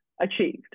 achieved